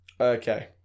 Okay